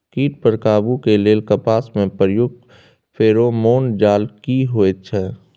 कीट पर काबू के लेल कपास में प्रयुक्त फेरोमोन जाल की होयत छै?